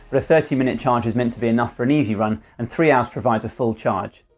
but a thirty minute charge is meant to be enough for an easy run and three hours provides a full charge.